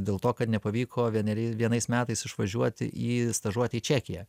dėl to kad nepavyko vieneriais vienais metais išvažiuoti į stažuotę į čekiją